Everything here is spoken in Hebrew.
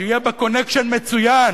שיהיה בה "קונקשן" מצוין